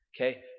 Okay